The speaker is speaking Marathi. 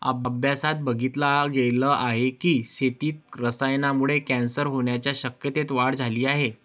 अभ्यासात बघितल गेल आहे की, शेतीत रसायनांमुळे कॅन्सर होण्याच्या शक्यतेत वाढ झाली आहे